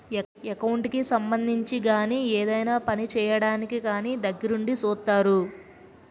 account కి సంబంధించి గాని ఏదైనా పని చేయడానికి కానీ దగ్గరుండి సూత్తారు